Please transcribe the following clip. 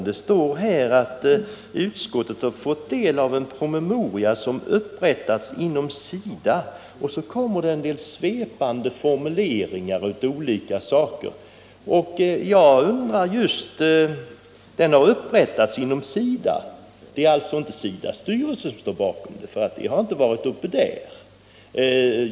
Det står i ett citat att utskottet har fått del av en promemoria som upprättats inom SIDA, och så följer en del svepande formuleringar om olika saker. Promemorian skall ha upprättats inom SIDA, men SIDA:s styrelse står inte bakom den, eftersom den inte har behandlats i styrelsen.